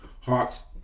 Hawks